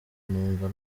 numva